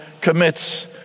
commits